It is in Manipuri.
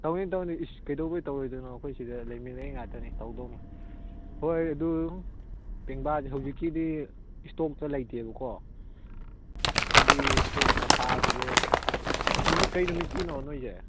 ꯇꯧꯅꯤ ꯇꯧꯅꯤ ꯏꯁ ꯀꯩꯗꯧꯕꯩ ꯇꯧꯔꯣꯏꯗꯣꯏꯅꯣ ꯑꯩꯈꯣꯏꯁꯤꯗ ꯂꯩꯃꯤꯟꯅꯩ ꯉꯥꯛꯇꯅꯦ ꯇꯧꯗꯧꯅꯦ ꯍꯣꯏ ꯍꯣꯏ ꯑꯗꯨ ꯄꯦꯡꯕꯥꯁꯦ ꯍꯧꯖꯤꯛꯀꯤꯗꯤ ꯏꯁꯇꯣꯛꯇ ꯂꯩꯇꯦꯕꯀꯣ ꯐꯥꯕꯒꯤ ꯐ꯭ꯔꯦꯁꯇ ꯐꯥꯕꯁꯦ ꯅꯨꯃꯤꯠ ꯀꯩ ꯅꯨꯃꯤꯠꯀꯤꯅꯣ ꯅꯣꯏꯁꯦ